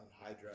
Hydra